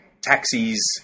taxis